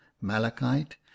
malachite